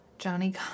Johnny